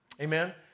Amen